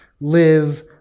live